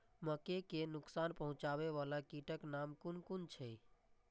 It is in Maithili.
मके के नुकसान पहुँचावे वाला कीटक नाम कुन कुन छै?